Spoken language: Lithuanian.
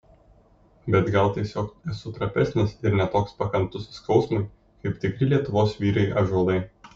bet gal tiesiog esu trapesnis ir ne toks pakantus skausmui kaip tikri lietuvos vyrai ąžuolai